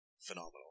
phenomenal